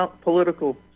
political